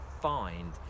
find